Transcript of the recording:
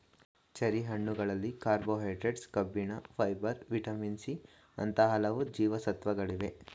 cherry ಹಣ್ಣುಗಳಲ್ಲಿ carbohydrates, ಕಬ್ಬಿಣ, fibre, vitamin C ಅಂತ ಹಲವು ಜೀವಸತ್ವಗಳಿವೆ